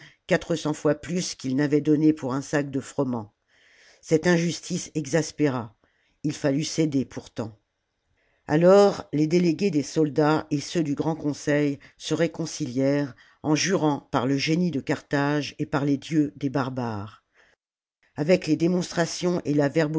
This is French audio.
quatre cents fois plus qu'ils n'avaient donné pour un sac de froment cette injustice exaspéra il fallut céder pourtant alors les délégués des soldats et ceux du grand conseil se réconcilièrent en jurant par le génie de carthage et par les dieux des barbares avec les démonstrations et la